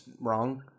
wrong